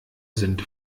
sind